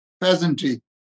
peasantry